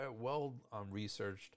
well-researched